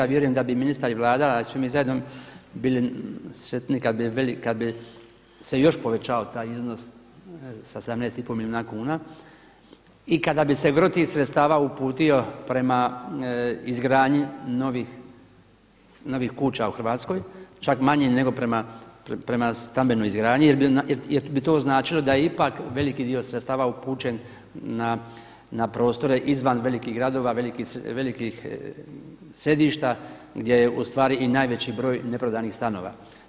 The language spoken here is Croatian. Vjerujem da bi ministar i Vlada, ali i svi mi zajedno bili sretni kad bi se još povećao taj iznos sa 17 i pol milijuna kuna i kada bi se gro tih sredstava uputio prema izgradnji novih kuća u Hrvatskoj, čak manje nego prema stambenoj izgradnji jer bi to značilo da je ipak veliki dio sredstava upućen na prostore izvan velikih gradova, velikih središta gdje je u stvari i najveći broj neprodanih stanova.